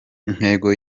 intego